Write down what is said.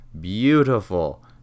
beautiful